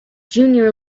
junior